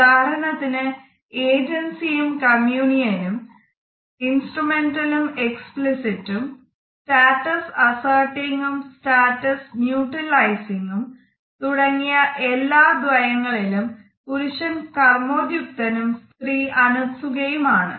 ഉദാഹരണത്തിന് "ഏജൻസിയും കമ്യുനിയനും" തുടങ്ങിയ എല്ലാ ദ്വായങ്ങളിലും പുരുഷൻ കർമ്മോദ്യുക്തനും സ്ത്രീ അനുത്സുകയും ആണ്